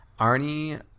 arnie